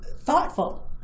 thoughtful